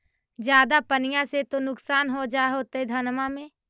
ज्यादा पनिया से तो नुक्सान हो जा होतो धनमा में?